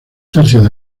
tercios